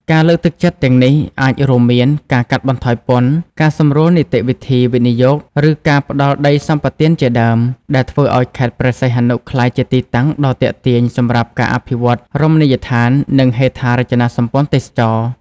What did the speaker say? ការលើកទឹកចិត្តទាំងនេះអាចរួមមាន ការកាត់បន្ថយពន្ធ ការសម្រួលនីតិវិធីវិនិយោគ ឬការផ្តល់ដីសម្បទានជាដើម ដែលធ្វើឲ្យខេត្តព្រះសីហនុក្លាយជាទីតាំងដ៏ទាក់ទាញសម្រាប់ការអភិវឌ្ឍរមណីយដ្ឋាន និងហេដ្ឋារចនាសម្ព័ន្ធទេសចរណ៍។